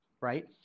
right